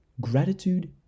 gratitude